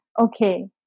okay